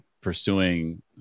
pursuing